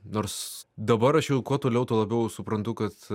nors dabar aš jau kuo toliau tuo labiau suprantu kad